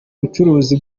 ubucuruzi